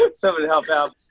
but someone to help out.